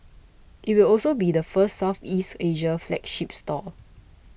it will also be the first Southeast Asia flagship store